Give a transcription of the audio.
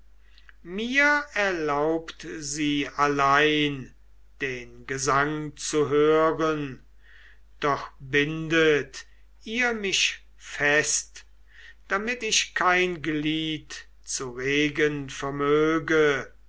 mir erlaubt sie allein den gesang zu hören doch bindet ihr mich fest damit ich kein glied zu regen vermöge